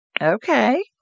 Okay